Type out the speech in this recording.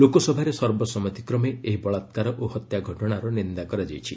ଲୋକସଭାରେ ସର୍ବସମ୍ମତି କ୍ରମେ ଏହି ବଳାକାର ଓ ହତ୍ୟା ଘଟଣାର ନିନ୍ଦା କରାଯାଇଛି